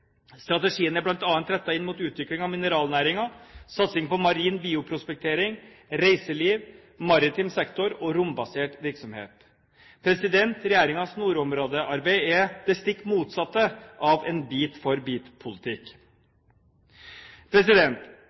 Strategien er bl.a. rettet inn mot utvikling av mineralnæringen, satsing på marin bioprospektering, reiseliv, maritim sektor og rombasert virksomhet. Regjeringens nordområdearbeid er det stikk motsatte av en